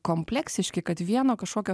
kompleksiški kad vieno kažkokio